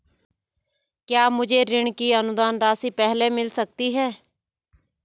क्या मुझे ऋण की अनुदान राशि पहले मिल सकती है?